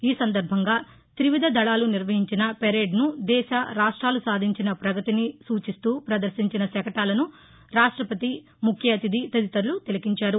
ఈ సందర్బంగా త్రివిధ దళాలు నిర్వహించిన పేరేడ్ను దేశ రాష్ట్లాలు సాధించిన పగతిని సూచిస్తూ పదర్శించిన శకటాలను రాష్టపతి ముఖ్య అతిధి తదితరులు తిలకించారు